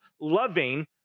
loving